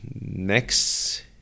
next